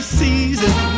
season